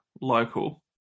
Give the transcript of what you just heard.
local